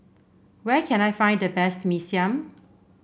where can I find the best Mee Siam